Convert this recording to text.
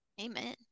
amen